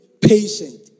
patient